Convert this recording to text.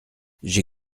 j’ai